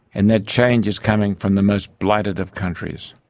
and that change is coming from the most blighted of countries.